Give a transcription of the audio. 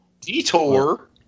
Detour